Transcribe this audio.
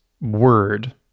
word